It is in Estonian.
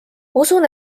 usun